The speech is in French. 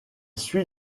suit